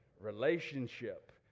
relationship